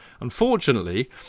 Unfortunately